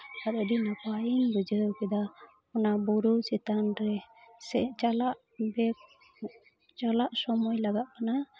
ᱟᱨ ᱟᱹᱰᱤ ᱱᱟᱯᱟᱭᱤᱧ ᱵᱩᱡᱷᱟᱹᱣ ᱠᱮᱫᱟ ᱚᱱᱟ ᱵᱩᱨᱩ ᱪᱮᱛᱟᱱ ᱨᱮ ᱥᱮ ᱪᱟᱞᱟᱜ ᱵᱮᱠ ᱪᱟᱞᱟᱜ ᱥᱚᱢᱚᱭ ᱞᱟᱜᱟᱜ ᱠᱟᱱᱟ